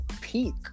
peak